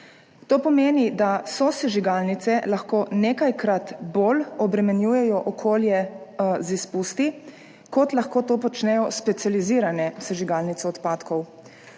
To pomeni, da sosežigalnice lahko nekajkrat bolj obremenjujejo okolje z izpusti, kot lahko to počnejo specializirane sežigalnice odpadkov.